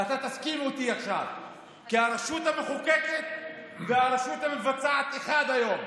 ואתה תסכים איתי עכשיו שהרשות המחוקקת והרשות המבצעת הן אחת היום.